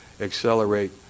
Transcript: accelerate